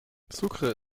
sucre